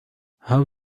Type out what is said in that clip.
how